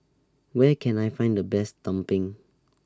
Where Can I Find The Best Tumpeng